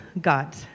God